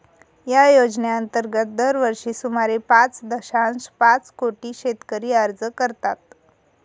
या योजनेअंतर्गत दरवर्षी सुमारे पाच दशांश पाच कोटी शेतकरी अर्ज करतात